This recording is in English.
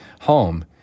home